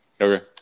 Okay